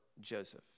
Joseph